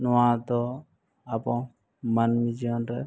ᱱᱚᱣᱟ ᱫᱚ ᱟᱵᱚ ᱢᱟᱱᱢᱤ ᱡᱤᱭᱚᱱ ᱨᱮ